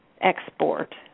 export